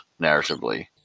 narratively